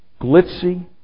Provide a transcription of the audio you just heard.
Glitzy